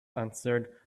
answered